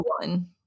one